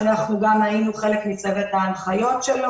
שאנחנו גם היינו חלק מצוות ההנחיות שלו,